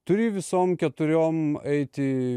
turi visom keturiom eiti